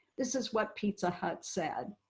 this is what pizza hut said.